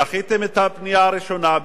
דחיתם את הפנייה הראשונה,